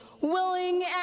willing